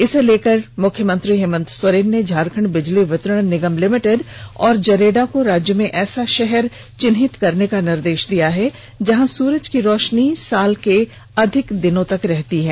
इसे लेकर मुख्यमंत्री हेमन्त सोरेन ने झारखंड बिजली वितरण निगम लिमिटेड और जरेडा को राज्य में ऐसा षहर चिन्हित करने का निर्देष दिया है जहां सूरज की रोषनी साल के अधिक दिनों तक रहती है